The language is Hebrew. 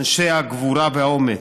אנשי הגבורה והאומץ,